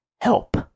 help